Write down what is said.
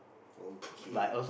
okay